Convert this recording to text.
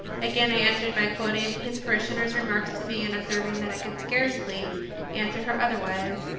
again i answered by quoting his parishioner s remarks to me and observing that i could scarcely answer her otherwise